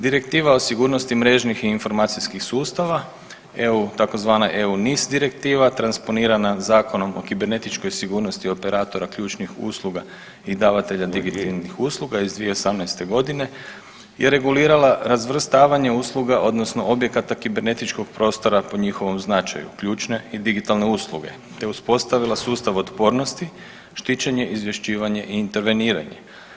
Direktiva o sigurnosti mrežnih i informacijskih sustava EU, tzv. EU NIS direktiva transponirana Zakona o kibernetičkoj sigurnosti operatora ključnih usluga i davatelja digitalnih usluga iz 2018. godine je regulirala razvrstavanje usluga odnosno objekata kibernetičkog prostora po njihovom značaju, ključne i digitalne usluge te uspostavila sustav otpornosti, štićenje, izvješćivanje i interveniranje.